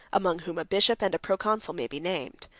among whom a bishop and a proconsul may be named,